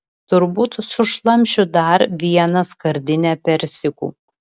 turbūt sušlamšiu dar vieną skardinę persikų